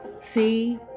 See